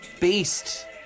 beast